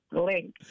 link